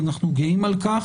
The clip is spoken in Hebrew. ואנחנו גאים על כך,